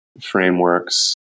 frameworks